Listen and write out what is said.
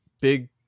big